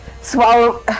Swallow